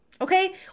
Okay